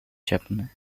japan